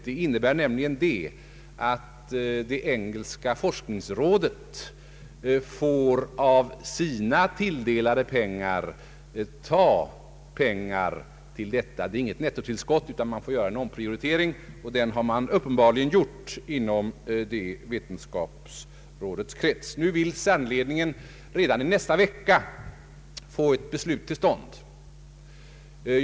Det innebär nämligen att det engelska forskningsrådet får ta pengar till detta av sina tilldelade medel. Det är alltså inget nettotillskott, utan forskningsrådet får göra en prioritering, och det har man uppenbarligen gjort inom vetenskapsrådets krets. Nu vill CERN-ledningen sannolikt få ett beslut till stånd redan i nästa vecka.